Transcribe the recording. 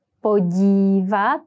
podívat